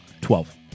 Twelve